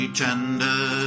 tender